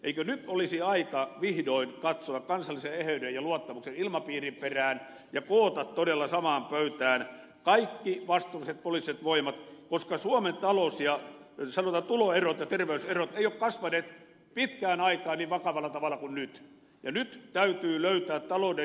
eikö nyt olisi aika vihdoin katsoa kansallisen eheyden ja luottamuksen ilmapiirin perään ja koota todella samaan pöytään kaikki vastuulliset poliittiset voimat koska tuloerot ja terveyserot eivät ole kasvaneet pitkään aikaan niin vakavalla tavalla kuin nyt ja nyt täytyy löytää talouden jälleenrakentamisen edellytykset